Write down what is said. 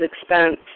expense